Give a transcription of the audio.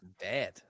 bad